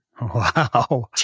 Wow